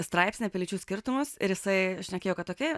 straipsnį apie lyčių skirtumus ir jisai šnekėjo kad tokie